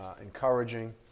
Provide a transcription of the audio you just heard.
encouraging